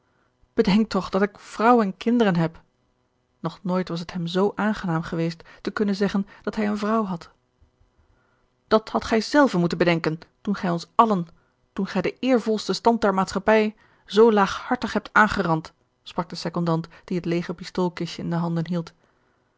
bedenk toch dat ik vrouw en kinderen heb nog nooit was het hem zoo aangenaam geweest te kunnen zeggen dat hij eene vrouw had dat hadt gij zelven moeten bedenken toen gij ons allen toen gij den eervolsten stand der maatschappij zoo laaghartig hebt aangerand sprak de secondant die het leêge pistoolkistje in de handen hield